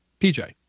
PJ